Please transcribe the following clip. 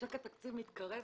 שעת התקציב מתקרבת,